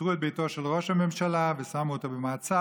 שכיתרו את ביתו של ראש הממשלה ושמו אותו במעצר,